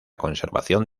conservación